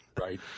Right